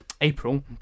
April